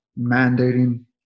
mandating